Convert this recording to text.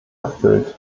erfüllt